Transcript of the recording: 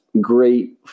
great